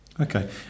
Okay